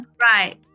right